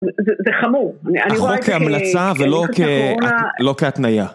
זה חמור, אני רואה ככה... החוק כהמלצה ולא כהתנייה.